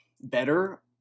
better